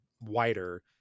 wider